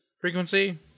frequency